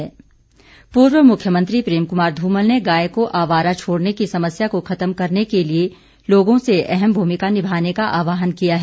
धुमल पूर्व मुख्यमंत्री प्रेम कुमार धूमल ने गाय को आवारा छोड़ने की समस्या को खत्म करने के लिए लोगों से अहम भूमिका निभाने का आहवान किया है